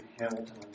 Hamilton